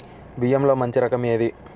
బియ్యంలో మంచి రకం ఏది?